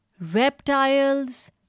reptiles